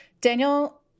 daniel